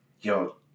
yo